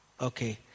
Okay